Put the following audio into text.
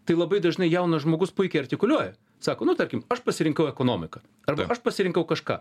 tai labai dažnai jaunas žmogus puikiai artikuliuoja sako nu tarkim aš pasirinkau ekonomiką arba aš pasirinkau kažką